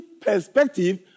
perspective